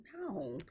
no